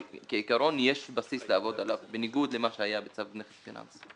אבל כעיקרון יש בסיס לעבוד עליו בניגוד למה שהיה בצו נכס פיננסי.